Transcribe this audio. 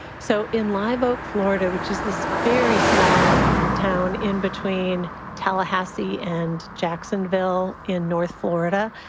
so in live oak, florida, which is this very small town in between tallahassee and jacksonville in north florida,